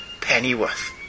Pennyworth